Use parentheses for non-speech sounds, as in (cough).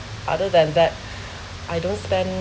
other than that (breath) I don't spend